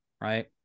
Right